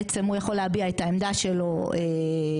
בעצם הוא יכול להביע את העמדה שלו בהליך